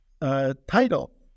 title